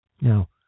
Now